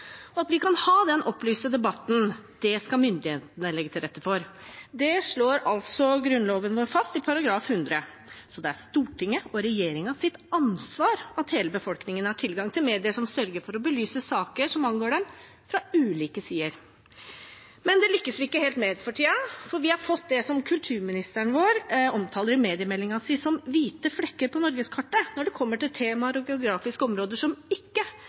debatt. At vi kan ha den opplyste debatten, skal myndighetene legge til rette for. Det slår Grunnloven fast i § 100. Det er Stortinget og regjeringens ansvar at hele befolkningen har tilgang til medier som sørger for å belyse saker som angår dem, fra ulike sider. Men det lykkes vi ikke helt med for tiden, for vi har fått det kulturministeren i sin mediemelding omtaler som hvite flekker på norgeskartet. Det gjelder temaer og geografiske områder som ikke